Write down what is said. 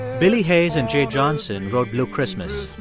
billy hayes and jay johnson wrote blue christmas.